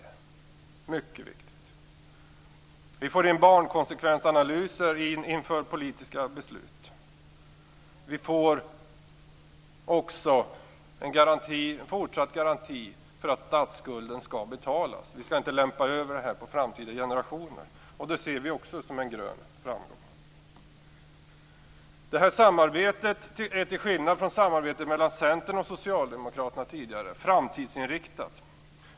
Det är mycket viktigt. Vi får in barnkonsekvensanalyser inför politiska beslut. Vi får också en fortsatt garanti för att statsskulden skall betalas. Vi skall inte lämpa över det här på framtida generationer. Det ser vi också som en grön framgång. Det här samarbetet är, till skillnad från det tidigare samarbetet mellan Centern och Socialdemokraterna, framtidsinriktat.